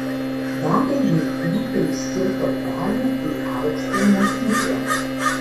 daliai vaikų tai užkirto kelią į aukštąją mokyklą